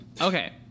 Okay